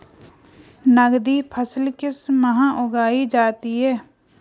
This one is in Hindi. नकदी फसल किस माह उगाई जाती है?